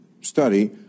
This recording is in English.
study